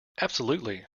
absolutely